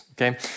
okay